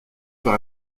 par